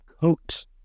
coat